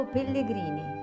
Pellegrini